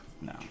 No